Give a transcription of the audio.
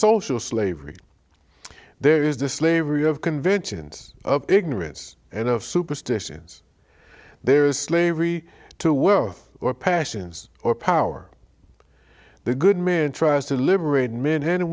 social slavery there is the slavery of conventions of ignorance and of superstitions there is slavery to worth or passions or power the good man tries to liberate men and